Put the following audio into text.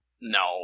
No